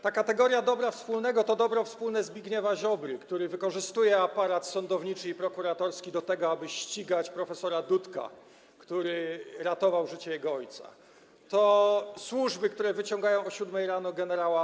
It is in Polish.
Ta kategoria dobra wspólnego to dobro wspólne Zbigniewa Ziobry, który wykorzystuje aparat sądowniczy i prokuratorski do tego, aby ścigać prof. Dudka, który ratował życie jego ojca, to służby, które wyciągają o godz. 7 rano gen.